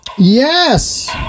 Yes